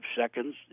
seconds